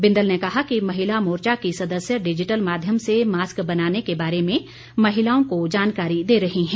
बिंदल ने कहा कि महिला मोर्चा की सदस्य डिजिटल माध्यम से मास्क बनाने के बारे में महिलाओं को जानकारी दे रही हैं